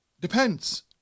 depends